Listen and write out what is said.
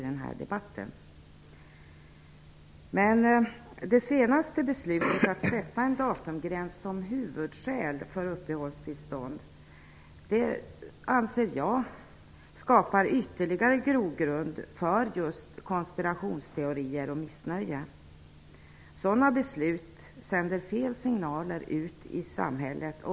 Det senaste beslutet om att sätta en datumgräns som huvudskäl för uppehållstillstånd anser jag skapar ytterligare grogrund för just konspirationsteorier och missnöje. Sådana beslut sänder fel signaler ut i samhället.